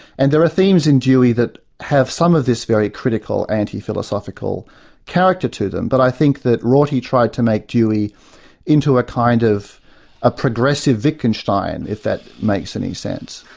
and there are themes in dewey that have some of this very critical, anti-philosophical character to them, but i think that rorty tried to make dewey into a kind of a progressive wittgenstein, if that makes any sense.